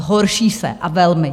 Zhorší se, a velmi!